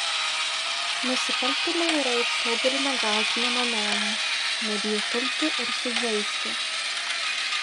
nusikaltėliai yra ištobulinę gąsdinimo meną nebijo pulti ir sužeisti